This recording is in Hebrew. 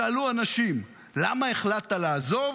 שאלו אנשים: למה החלטת לעזוב?